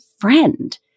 friend